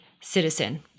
citizen